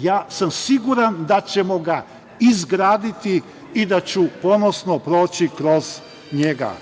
Ja sam siguran da ćemo ga izgraditi i da ću ponosno proći kroz njega.